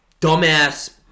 dumbass